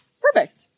perfect